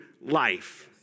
life